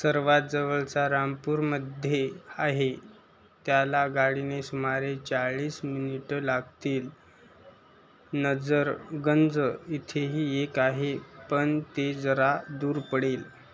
सर्वात जवळचा रामपूरमध्ये आहे त्याला गाडीने सुमारे चाळीस मिनिटं लागतील नजरगंज इथेही एक आहे पण ते जरा दूर पडेल